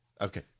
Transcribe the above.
Okay